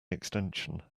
extension